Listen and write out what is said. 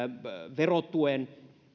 verotuen